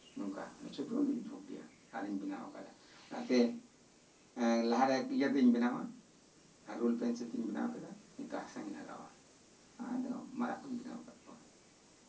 ᱱᱚᱝᱠᱟ ᱪᱷᱚᱵᱤ ᱚᱞ ᱫᱩᱧ ᱡᱷᱩᱸᱠ ᱜᱮᱭᱟ ᱟᱨᱤᱧ ᱵᱮᱱᱟᱣ ᱟᱠᱟᱫᱟ ᱚᱱᱟᱛᱮ ᱮᱸᱜ ᱞᱟᱦᱟ ᱨᱮ ᱤᱭᱟᱹ ᱛᱤᱧ ᱵᱮᱱᱟᱣᱟ ᱮᱸᱜ ᱨᱳᱞ ᱯᱮᱱᱥᱤᱞ ᱛᱤᱧ ᱵᱮᱱᱟᱣ ᱠᱮᱫᱟ ᱱᱤᱛᱳᱜ ᱦᱟᱥᱟᱧ ᱞᱟᱜᱟᱣᱟ ᱟᱫᱚ ᱢᱟᱨᱟᱜ ᱠᱩᱧ ᱵᱮᱱᱟᱣ ᱟᱠᱟᱫ ᱠᱚᱣᱟ